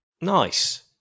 nice